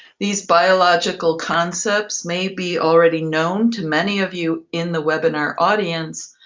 these biological concepts may be already known to many of you in the webinar audience,